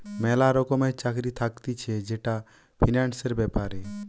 ম্যালা রকমের চাকরি থাকতিছে যেটা ফিন্যান্সের ব্যাপারে